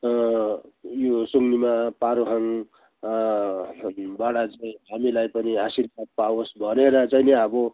यो सुम्निमा पारूहाङ बाट चाहिँ हामीलाई पनि आशीर्वाद पाओस् भनेर चाहिँ नि अब